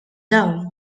dawn